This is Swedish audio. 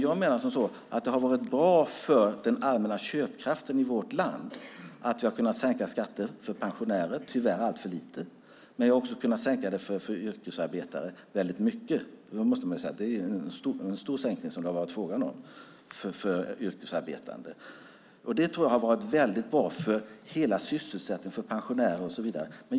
Jag menar att det har varit bra för den allmänna köpkraften i vårt land att vi har kunnat sänka skatterna för pensionärer, tyvärr alltför lite. Men vi har också kunnat sänka dem väldigt mycket för yrkesarbetande. Det tror jag har varit bra för hela sysselsättningen, pensionärer och så vidare.